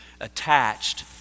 attached